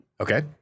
Okay